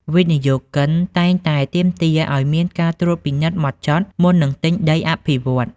វិនិយោគិនតែងតែទាមទារឱ្យមាន "ការត្រួតពិនិត្យហ្មត់ចត់" មុននឹងទិញដីអភិវឌ្ឍន៍។